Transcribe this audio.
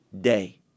day